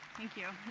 thank you.